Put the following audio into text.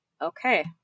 okay